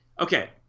okay